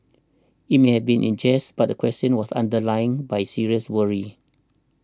it may have been in jest but the question was underlined by serious worry